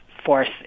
force